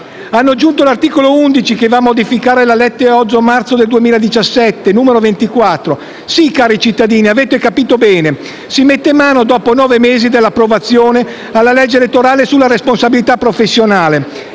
quindi aggiunto l'articolo 11, che va a modificare la legge 8 marzo 2017, n. 24. Sì, cari cittadini, avete capito bene, si mette mano, dopo nove mesi dall'approvazione, alla legge sulla responsabilità professionale,